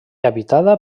habitada